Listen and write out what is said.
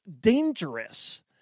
dangerous